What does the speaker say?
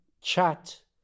Chat